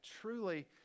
truly